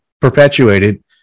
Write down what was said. perpetuated